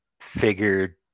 figured